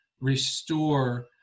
restore